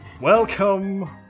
welcome